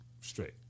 straight